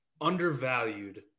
undervalued